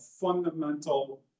fundamental